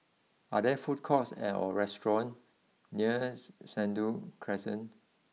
are there food courts or restaurants near Sentul Crescent